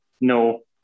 No